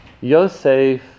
Yosef